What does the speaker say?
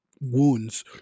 wounds